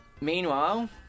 meanwhile